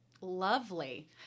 Lovely